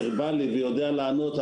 וורבלי ויודע לענות,